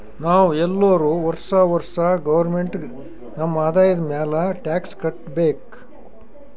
ನಾವ್ ಎಲ್ಲೋರು ವರ್ಷಾ ವರ್ಷಾ ಗೌರ್ಮೆಂಟ್ಗ ನಮ್ ಆದಾಯ ಮ್ಯಾಲ ಟ್ಯಾಕ್ಸ್ ಕಟ್ಟಬೇಕ್